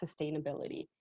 sustainability